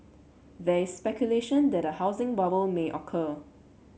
there is speculation that a housing bubble may occur